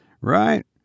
right